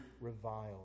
reviled